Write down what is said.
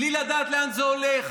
בלי לדעת לאן זה הולך,